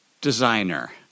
designer